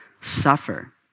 suffer